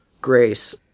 grace